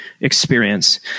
experience